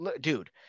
dude